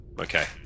okay